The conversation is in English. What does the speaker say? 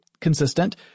consistent